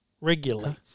regularly